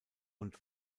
und